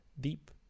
deep